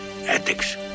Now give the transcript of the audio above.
Ethics